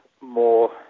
more